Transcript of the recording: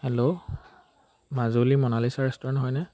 hello Majuli Monalisa restaurant হয়নে